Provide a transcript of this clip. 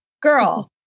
girl